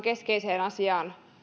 keskeiseen asiaan